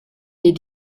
les